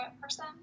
person